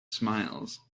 smiles